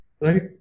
right